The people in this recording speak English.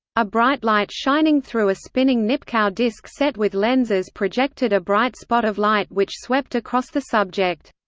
a bright light shining through a spinning nipkow disk set with lenses projected a bright spot of light which swept across the subject.